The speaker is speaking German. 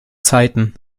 zeiten